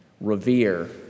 revere